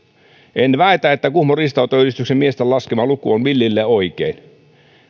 en väitä että kuhmon riistanhoitoyhdistyksen miesten laskema luku on millilleen oikein